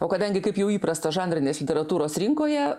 o kadangi kaip jau įprasta žanrinės literatūros rinkoje